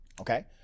Okay